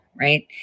right